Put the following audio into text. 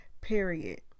period